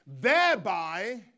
Thereby